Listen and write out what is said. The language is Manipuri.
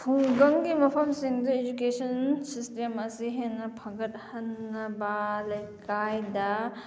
ꯈꯨꯡꯒꯪꯒꯤ ꯃꯐꯝꯁꯤꯡꯗ ꯏꯗꯨꯀꯦꯁꯟ ꯁꯤꯁꯇꯦꯝ ꯑꯁꯤ ꯍꯦꯟꯅ ꯐꯒꯠꯍꯟꯅꯕ ꯂꯩꯀꯥꯏꯗ